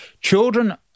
Children